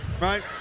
Right